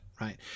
right